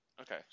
Okay